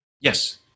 Yes